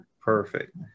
perfect